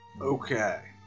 Okay